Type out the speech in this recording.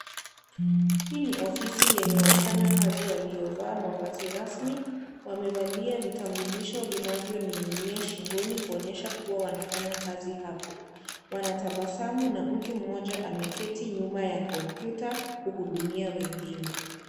Hii ni ofisi yenye wafanyakazi waliovaa mavazi rasmi . Wamevalia vitambulisho vinavyoning'inia shingoni kuonyesha kuwa wanfanya kazi hapo . Wanatabasamu na mtu mmoja ameketi nyuma ya kompyuta kuhudumia wengine.